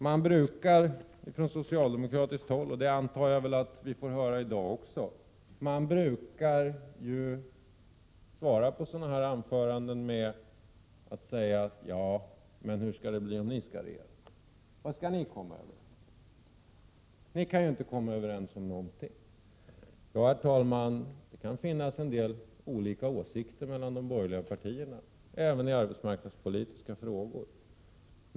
Man brukar från socialdemokratiskt håll — och detta antar jag att vi får höra i dag också — svara på sådana här anföranden med att säga: Men hur blir det om ni skall regera? Vad skall ni komma överens om? Ni kan ju inte komma överens om någonting. Ja, det kan finnas olika åsikter mellan de borgerliga partierna även i arbetsmarknadspolitiska frågor.